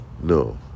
no